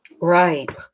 Right